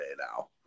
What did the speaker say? now